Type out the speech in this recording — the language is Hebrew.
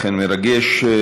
אכן מרגש.